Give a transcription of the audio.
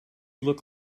look